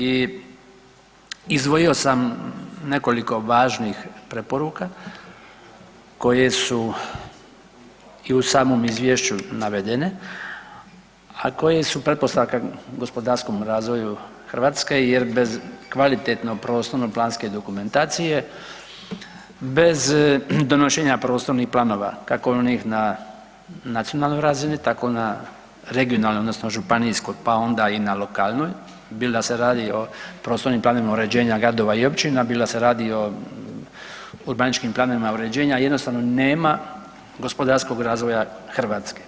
I izdvojio sam nekoliko važnih preporuka koje su i u samom izvješću navedene, a koje su pretpostavka gospodarskom razvoju Hrvatskoj jer bez kvalitetno prostorno-planske dokumentacije, bez donošenja prostornih planova kako onih na nacionalnoj razini tako na regionalnoj odnosno županijskoj pa onda i na lokalnoj, bilo da se radi o prostornim planovima uređenja gradova i općina, bilo da se radi o urbanističkim planovima uređenja jednostavno nema gospodarskog razvoja Hrvatske.